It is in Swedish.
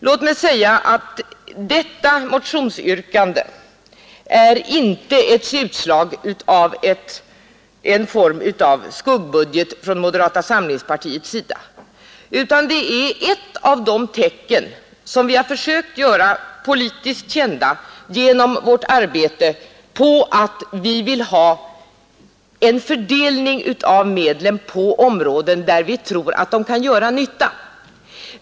Låt mig säga att detta motionsyrkande inte är ett utslag av en form av skuggbudget från moderata samlingspartiets sida, utan det är ett öppet bevis på vårt arbete för en fördelning av medlen på områden där vi tror att de kan göra nytta.